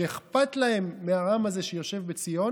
שאכפת להם מהעם הזה שיושב בציון